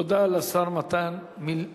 תודה רבה לשר מתן וילנאי.